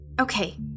Okay